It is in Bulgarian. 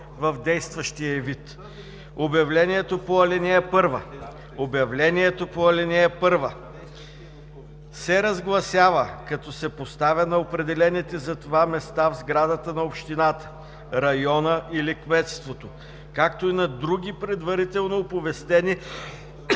в действащия й вид: „(2) Обявлението по ал. 1 се разгласява, като се поставя на определените за това места в сградата на общината, района или кметството, както и на други предварително оповестени